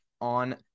on